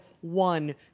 one